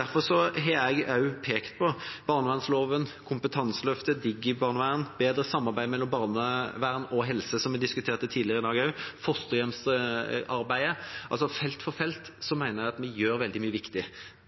Derfor har jeg også pekt på barnevernsloven, Kompetanseløftet, DigiBarnevern, bedre samarbeid mellom barnevern og helse, som vi diskuterte tidligere i dag, og fosterhjemsarbeidet. På felt på felt mener jeg at vi gjør veldig mye riktig. Det er viktig